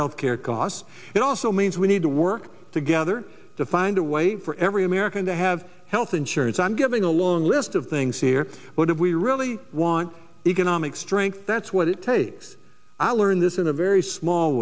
health care costs and also means we need to work together to find a way for every american to have health insurance i'm giving a long list of things here but if we really want economic strength that's what it takes i learned this in a very small